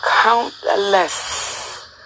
countless